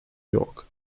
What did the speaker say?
york